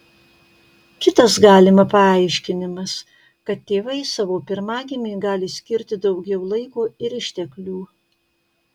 kitas galima paaiškinimas kad tėvai savo pirmagimiui gali skirti daugiau laiko ir išteklių